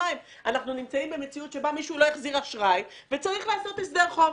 אנחנו נמצאים במציאות שבה מישהו לא החזיר אשראי וצריך לעשות הסדר חוב.